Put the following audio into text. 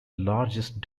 largest